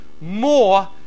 more